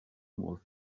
was